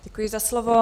Děkuji za slovo.